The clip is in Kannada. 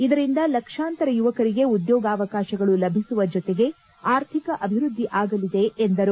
ಇದರಿಂದ ಲಕ್ಷಾಂತರ ಯುವಕರಿಗೆ ಉದ್ಲೋಗಾವಕಾಶಗಳು ಲಭಿಸುವ ಜೊತೆಗೆ ಆರ್ಥಿಕ ಅಭಿವ್ಯದ್ಲಿ ಆಗಲಿದೆ ಎಂದರು